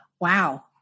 Wow